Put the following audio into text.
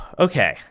Okay